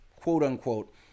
quote-unquote